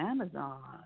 Amazon